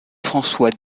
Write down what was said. françois